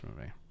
movie